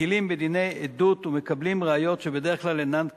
מקלים בדיני עדות ומקבלים ראיות שבדרך כלל אינן קבילות.